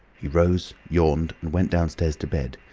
he rose, yawned, and went downstairs to bed.